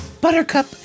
Buttercup